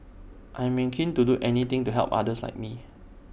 I'm keen to do anything to help others like me